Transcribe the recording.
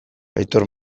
aitor